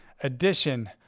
edition